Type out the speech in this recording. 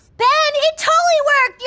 ben, it totally worked. yeah